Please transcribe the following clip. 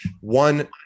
one